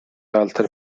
altre